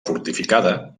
fortificada